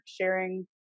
sharing